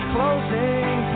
Closing